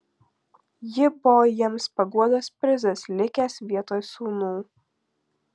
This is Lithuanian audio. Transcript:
ji buvo jiems paguodos prizas likęs vietoj sūnų